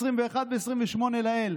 סעיף 21 וסעיף 28 לעיל,